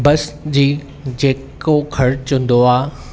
बस जी जेको ख़र्चु हूंदो आहे